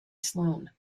sloane